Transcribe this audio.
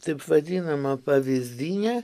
taip vadinama pavyzdinė